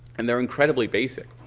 and they're incredibly basic.